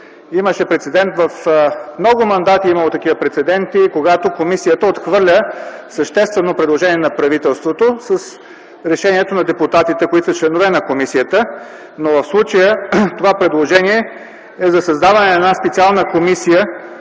правителството. В много мандати е имало такива прецеденти, когато комисията отхвърля съществено предложение на правителството с решението на депутатите, които са членове на комисията, но в случая това предложение е за създаване на една специална комисия